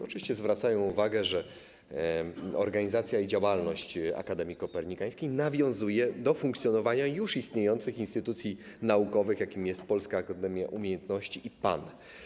Oczywiście zwracają uwagę, że organizacja i działalność Akademii Kopernikańskiej nawiązuje do funkcjonowania już istniejących instytucji naukowych, jakimi są Polska Akademia Umiejętności i PAN.